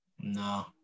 no